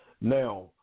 Now